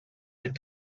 and